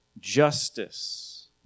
justice